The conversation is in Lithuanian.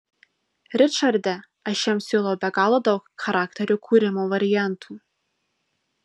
ričarde aš jam siūliau be galo daug charakterio kūrimo variantų